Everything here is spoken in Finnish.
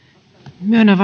myönnän